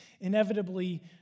inevitably